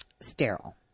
sterile